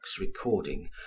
recording